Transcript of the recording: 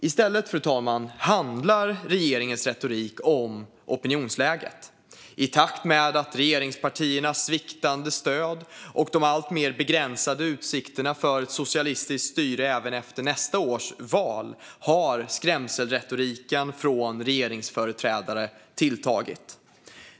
I stället, fru talman, handlar regeringens retorik om opinionsläget. I takt med regeringspartiernas sviktande stöd och de alltmer begränsade utsikterna för ett socialistiskt styre även efter nästa års val har skrämselretoriken från regeringsföreträdare tilltagit.